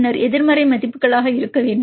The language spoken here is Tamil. பின்னர் எதிர்மறை மதிப்புகளாக இருக்க வேண்டும்